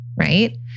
right